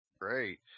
great